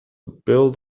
build